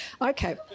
Okay